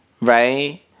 right